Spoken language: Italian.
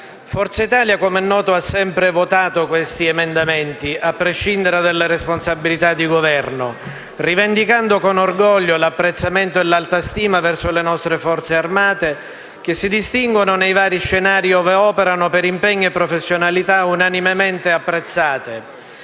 Forza Italia, com'è noto, ha sempre votato questi provvedimenti, a prescindere dalle responsabilità di Governo, rivendicando con orgoglio l'apprezzamento e l'alta stima verso le nostre Forze armate, che si distinguono nei vari scenari ove operano per impegno e professionalità unanimemente apprezzate.